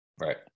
Right